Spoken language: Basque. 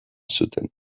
zuten